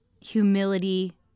humility